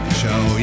show